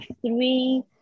three